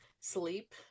Sleep